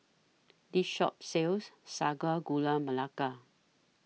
This Shop sells Sago Gula Melaka